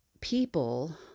people